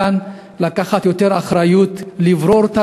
אני קורא מכאן לקחת יותר אחריות ולברור את